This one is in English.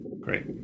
Great